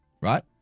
right